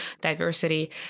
diversity